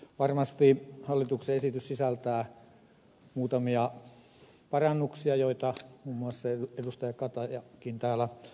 varmasti hallituksen esitys sisältää muutamia parannuksia joita muun muassa ed